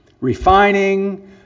refining